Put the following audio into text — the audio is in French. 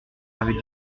avait